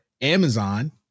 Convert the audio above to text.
amazon